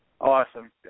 Awesome